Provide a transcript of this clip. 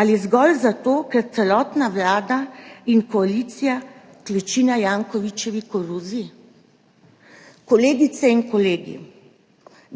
Ali zgolj zato, ker celotna Vlada in koalicija klečita na Jankovićevi koruzi? Kolegice in kolegi,